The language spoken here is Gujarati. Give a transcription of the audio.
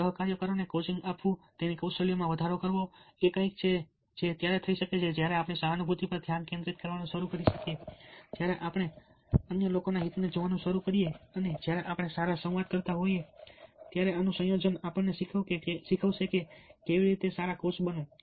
સહકાર્યકરોને કોચિંગ આપવું તેમની કૌશલ્યમાં સુધારો કરવો એ કંઈક છે જે ત્યારે થઈ શકે છે જ્યારે આપણે સહાનુભૂતિ પર ધ્યાન કેન્દ્રિત કરવાનું શરૂ કરીએ છીએ જ્યારે આપણે અન્ય લોકોના હિતને જોવાનું શરૂ કરીએ છીએ અને જ્યારે આપણે સારા સંવાદકર્તા હોઈએ છીએ ત્યારે આનું સંયોજન આપણને શીખવશે કે કેવી રીતે સારા કોચ બનવું